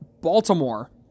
Baltimore